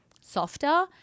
softer